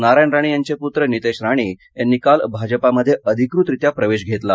नारायण राणे यांचे पूत्र नितेश राणे यांनी काल भाजपामध्ये अधिकृतरीत्या प्रवेश घेतला